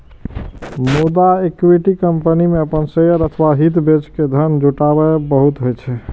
मुदा equity company मे अपन शेयर अथवा हित बेच के धन जुटायब होइ छै